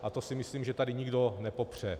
A to si myslím, že tady nikdo nepopře.